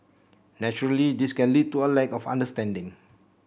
naturally this can lead to a lack of understanding